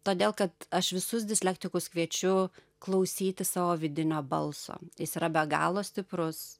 todėl kad aš visus dislektikus kviečiu klausytis savo vidinio balso jis yra be galo stiprus